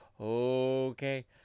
Okay